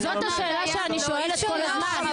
זאת השאלה שאני שואלת כל הזמן.